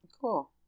Cool